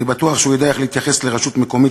ואני בטוח שהוא יודע איך להתייחס לרשות מקומית